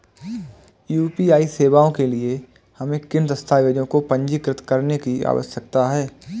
UPI सेवाओं के लिए हमें किन दस्तावेज़ों को पंजीकृत करने की आवश्यकता है?